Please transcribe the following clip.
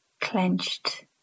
clenched